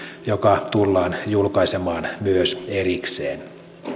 joka tullaan julkaisemaan myös erikseen